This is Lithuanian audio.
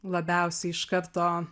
labiausiai iš karto